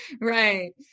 Right